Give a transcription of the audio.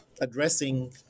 addressing